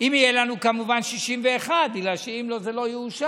אם יהיו לנו כמובן 61, בגלל שאם לא זה לא יאושר,